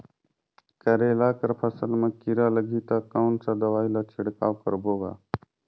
करेला कर फसल मा कीरा लगही ता कौन सा दवाई ला छिड़काव करबो गा?